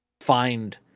find